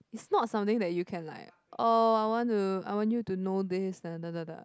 it's not something that you can like oh I want to I want you to know this